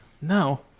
No